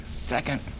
Second